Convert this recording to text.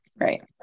Right